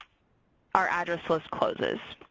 our address list closes.